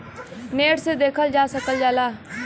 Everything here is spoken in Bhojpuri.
नेट से देखल जा सकल जाला